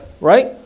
Right